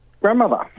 grandmother